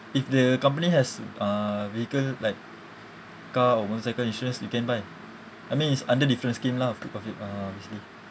if the company has uh vehicle like car or motorcycle insurance you can buy I mean is under different scheme lah obv~ uh obviously